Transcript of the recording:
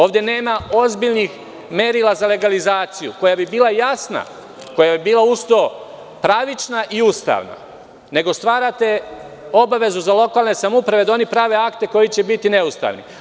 Ovde nema ozbiljnih merila za legalizaciju, koja bi bila jasna, koja bi bila uz to pravična i ustavna, nego stvarate obavezu za lokalne samouprave da oni prave akte koji će biti neustavni.